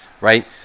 right